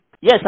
Yes